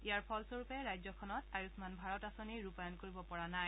ইয়াৰ ফলস্বৰূপে ৰাজ্যখনত আয়ুস্মান ভাৰত আঁচনি ৰূপায়ণ কৰিব পৰা নাই